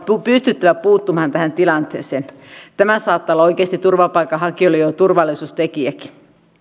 on pystyttävä puuttumaan tähän tilanteeseen tämä saattaa olla oikeasti turvapaikanhakijoille jo jo turvallisuustekijäkin